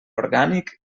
orgànic